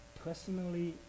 personally